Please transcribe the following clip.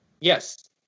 yes